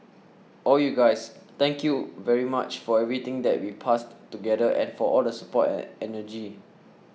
all you guys thank you very much for everything that we passed together and for all the support and energy